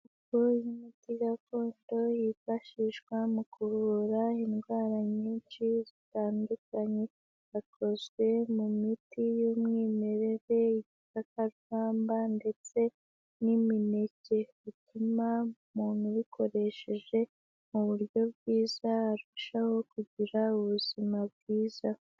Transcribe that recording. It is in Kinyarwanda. Imiti ya gakondo yifashishwa mu kuvura indwara nyinshi zitandukanye. Yakozwe mu miti y'umwimerere, igikakarubamba ndetse n'imineke bituma umuntu ubikoresheje mu buryo bwiza arushaho kugira ubuzima bwiza.